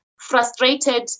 frustrated